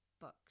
books